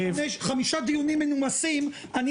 חמישה דיונים מנומסים --- דיי, חבר הכנסת קריב.